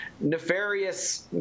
nefarious